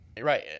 right